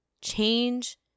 Change